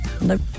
Nope